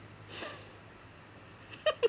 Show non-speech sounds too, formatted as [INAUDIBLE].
[BREATH] [LAUGHS]